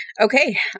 Okay